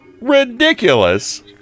ridiculous